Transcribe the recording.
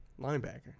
linebacker